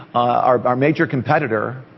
our our major competitor,